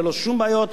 ללא שום בעיות,